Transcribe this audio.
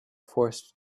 forced